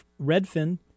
Redfin